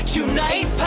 Tonight